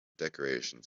decorations